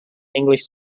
english